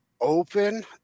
open